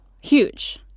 Huge